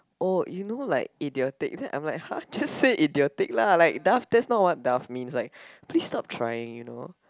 oh you know like idiotic then I'm like !huh! just say idiotic lah like daft that's not what daft means like please stop trying you know